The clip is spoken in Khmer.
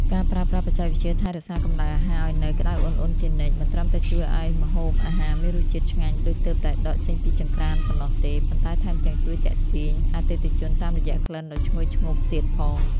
ការប្រើប្រាស់បច្ចេកវិទ្យាថែរក្សាកម្ដៅអាហារឱ្យនៅក្ដៅអ៊ុនៗជានិច្ច មិនត្រឹមតែជួយឱ្យម្ហូបអាហារមានរសជាតិឆ្ងាញ់ដូចទើបតែដកចេញពីចង្រ្កានប៉ុណ្ណោះទេ ប៉ុន្តែថែមទាំងជួយទាក់ទាញអតិថិជនតាមរយៈក្លិនដ៏ឈ្ងុយឈ្ងប់ទៀតផង។